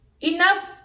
enough